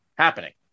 happening